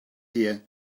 here